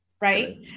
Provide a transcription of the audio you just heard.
right